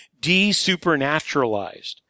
de-supernaturalized